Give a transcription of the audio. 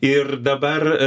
ir dabar